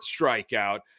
strikeout